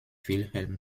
wilhelm